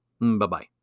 Bye-bye